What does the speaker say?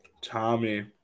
Tommy